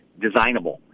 designable